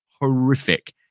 horrific